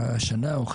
כל שנה,